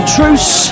Truce